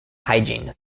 hygiene